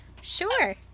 Sure